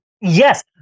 Yes